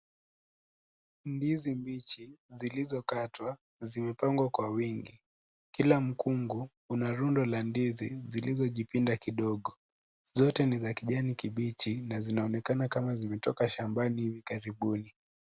Ndizi mbichi zilizokatwa zimepangwa kwa wingi. Kila mkungu una rundo la ndizi zilizojipinda kidogo. Zote ni za kijani kibichi na zinaonekana kama zimetoka shambani hivi karibuni.